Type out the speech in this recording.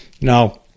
now